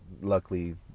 Luckily